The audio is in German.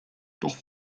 doch